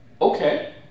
Okay